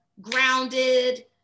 grounded